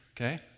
okay